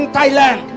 Thailand